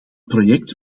project